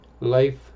life